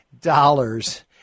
dollars